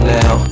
now